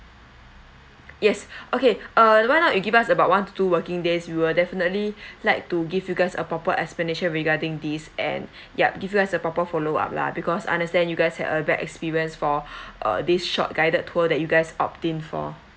yes okay uh why not you give us about one to two working days we will definitely like to give you guys a proper explanation regarding these and ya give you guys a proper follow up lah because I understand you guys had a bad experience for uh this short guided tour that you guys opt in for